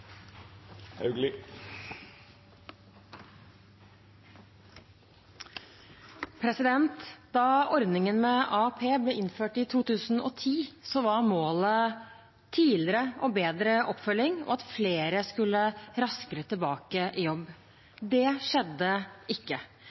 Da ordningen med AAP ble innført i 2010, var målet tidligere og bedre oppfølging og at flere skulle raskere tilbake i jobb. Det skjedde ikke.